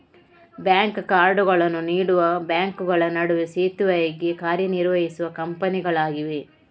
bank ಕಾರ್ಡುಗಳನ್ನು ನೀಡುವ ಬ್ಯಾಂಕುಗಳ ನಡುವೆ ಸೇತುವೆಯಾಗಿ ಕಾರ್ಯ ನಿರ್ವಹಿಸುವ ಕಂಪನಿಗಳಾಗಿವೆ